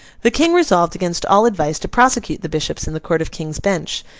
the king resolved against all advice to prosecute the bishops in the court of king's bench,